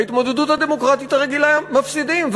בהתמודדות הדמוקרטית הרגילה הם מפסידים,